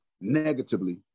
negatively